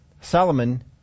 Solomon